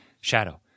Shadow